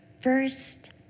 first